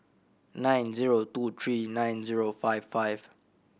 nine zero two three nine zero five five